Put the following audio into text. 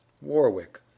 Warwick